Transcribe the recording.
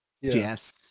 Yes